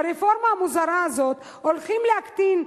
ברפורמה המוזרה הזאת הולכים להקטין,